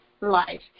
life